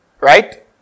Right